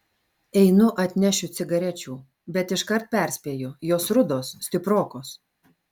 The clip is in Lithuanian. einu atnešiu cigarečių bet iškart perspėju jos rudos stiprokos